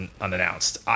unannounced